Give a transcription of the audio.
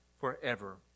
forever